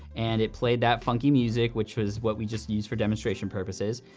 and it played that funky music which was what we just use for demonstration purposes.